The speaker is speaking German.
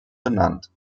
benannt